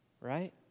Right